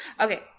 Okay